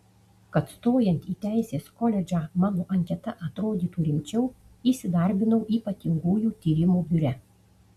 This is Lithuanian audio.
kad stojant į teisės koledžą mano anketa atrodytų rimčiau įsidarbinau ypatingųjų tyrimų biure